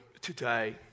today